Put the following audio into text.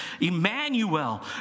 Emmanuel